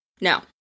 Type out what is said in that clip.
No